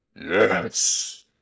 Yes